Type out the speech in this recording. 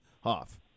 hoff